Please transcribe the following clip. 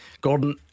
Gordon